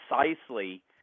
precisely